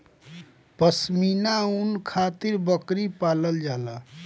पश्मीना ऊन खातिर बकरी पालल जाला